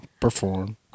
perform